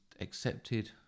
accepted